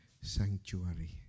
sanctuary